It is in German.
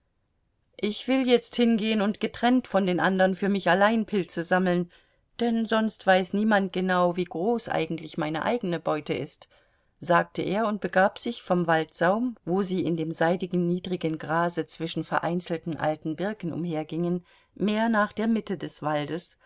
ich will jetzt hingehen und getrennt von den andern für mich allein pilze sammeln denn sonst weiß niemand genau wie groß eigentlich meine eigene beute ist sagte er und begab sich vom waldsaum wo sie in dem seidigen niedrigen grase zwischen vereinzelten alten birken umhergingen mehr nach der mitte des waldes